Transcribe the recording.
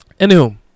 Anywho